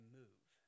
move